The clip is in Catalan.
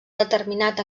determinat